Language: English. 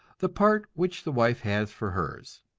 the part which the wife has for hers.